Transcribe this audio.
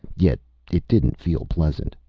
yet it didn't feel pleasant,